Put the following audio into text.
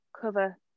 cover